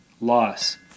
loss